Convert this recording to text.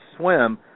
swim